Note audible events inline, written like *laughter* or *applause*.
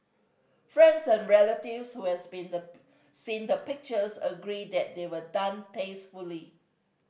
friends and relatives who has been the *unintelligible* seen the pictures agree that they were done tastefully